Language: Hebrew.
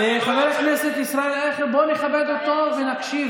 אנחנו לא רוצים לחזור למחזות של סגירת בתי כנסת.